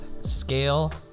scale